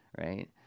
Right